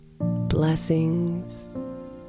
blessings